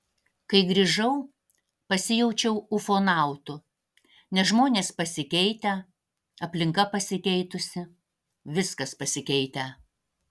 kai grįžau pasijaučiau ufonautu nes žmonės pasikeitę aplinka pasikeitusi viskas pasikeitę